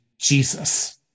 Jesus